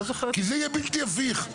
כי זה יהיה בלתי הפיך.